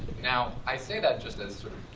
now, i say that just as, sort of,